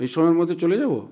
এই সময়ের মধ্যে চলে যাব